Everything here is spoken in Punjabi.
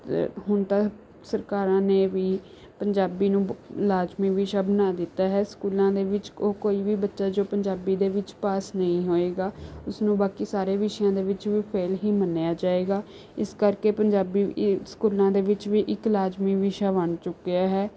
ਹੁਣ ਤਾਂ ਸਰਕਾਰਾਂ ਨੇ ਵੀ ਪੰਜਾਬੀ ਨੂੰ ਲਾਜ਼ਮੀ ਵਿਸ਼ਾ ਬਣਾ ਦਿੱਤਾ ਹੈ ਸਕੂਲਾਂ ਦੇ ਵਿੱਚ ਉਹ ਕੋਈ ਵੀ ਬੱਚਾ ਜੋ ਪੰਜਾਬੀ ਦੇ ਵਿੱਚ ਪਾਸ ਨਹੀਂ ਹੋਵੇਗਾ ਉਸਨੂੰ ਬਾਕੀ ਸਾਰੇ ਵਿਸ਼ਿਆਂ ਦੇ ਵਿੱਚ ਵੀ ਫੇਲ ਹੀ ਮੰਨਿਆ ਜਾਵੇਗਾ ਇਸ ਕਰਕੇ ਪੰਜਾਬੀ ੲ ਸਕੂਲਾਂ ਦੇ ਵਿੱਚ ਵੀ ਇੱਕ ਲਾਜ਼ਮੀ ਵਿਸ਼ਾ ਬਣ ਚੁੱਕਿਆ ਹੈ